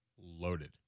loaded